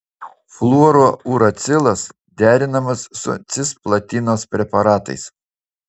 fluorouracilas derinamas su cisplatinos preparatais